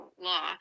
law